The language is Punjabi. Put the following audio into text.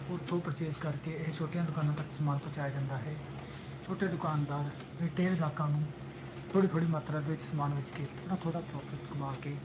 ਉੱਥੋਂ ਪਰਚੇਸ ਕਰਕੇ ਇਹ ਛੋਟੀਆਂ ਦੁਕਾਨਾਂ ਤੱਕ ਸਮਾਨ ਪਹੁੰਚਾਇਆ ਜਾਂਦਾ ਹੈ ਛੋਟੇ ਦੁਕਾਨਦਾਰ ਰਿਟੇਲ ਗਾਹਕਾਂ ਨੂੰ ਥੋੜ੍ਹੀ ਥੋੜ੍ਹੀ ਮਾਤਰਾ ਦੇ ਵਿੱਚ ਸਮਾਨ ਵੇਚ ਕੇ ਥੋੜ੍ਹਾ ਥੋੜ੍ਹਾ ਪਰੋਫਿਟ ਕਮਾ ਕੇ